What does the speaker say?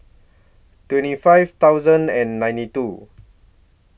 twenty five thousand and ninety two